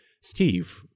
Steve